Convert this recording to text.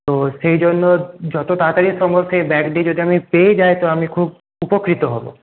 তো সেইজন্য যত তাড়াতাড়ি সম্ভব সেই ব্যাগটি যদি আমি পেয়ে যায় তো আমি খুব উপকৃত হব